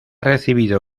recibido